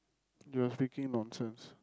you were speaking nonsense